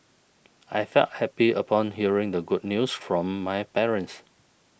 I felt happy upon hearing the good news from my parents